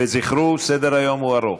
וזכרו, סדר-היום הוא ארוך.